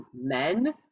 men